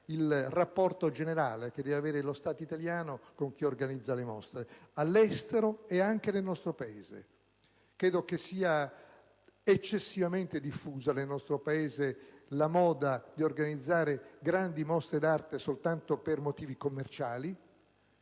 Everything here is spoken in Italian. il rapporto generale che deve avere lo Stato italiano con chi organizza le mostre all'estero ed anche nel nostro Paese. Mi sembra che nel nostro Paese sia eccessivamente diffusa la moda di organizzare grandi mostre d'arte soltanto per motivi commerciali.